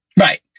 right